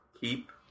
Keep